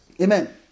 Amen